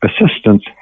assistance